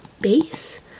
base